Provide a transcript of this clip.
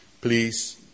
Please